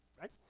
Right